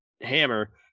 hammer